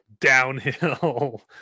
downhill